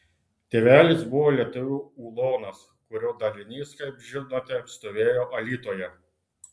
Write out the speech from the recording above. tėvelis buvo lietuvių ulonas kurio dalinys kaip žinote stovėjo alytuje